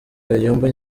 kayumba